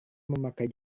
memakai